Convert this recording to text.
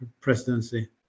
presidency